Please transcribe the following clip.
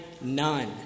none